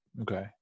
okay